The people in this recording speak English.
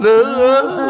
Love